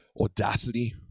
audacity